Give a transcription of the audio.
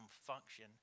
function